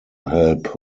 help